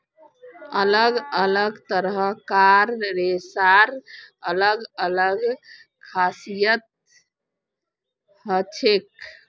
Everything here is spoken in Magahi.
अलग अलग तरह कार रेशार अलग अलग खासियत हछेक